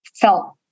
felt